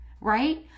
right